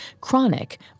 chronic